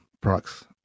products